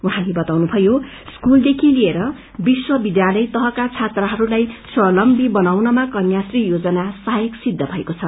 उहाँले बताउनुभयो स्कूलदेखि लिएर विश्व विध्यालय तहका छात्राहरूलाई स्वावलम्वी बनाउनमा कन्या श्री यांजना सहाायत सिद्ध भएको छ